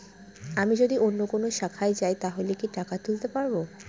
আমি যদি অন্য কোনো শাখায় যাই তাহলে কি টাকা তুলতে পারব?